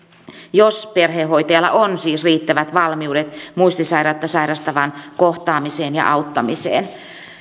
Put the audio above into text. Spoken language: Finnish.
jos perhehoitajalla siis on riittävät valmiudet muistisairautta sairastavan kohtaamiseen ja auttamiseen